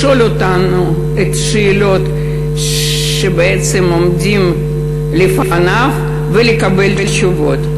לשאול אותנו את השאלות שבעצם עומדות לפניו ולקבל תשובות.